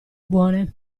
buone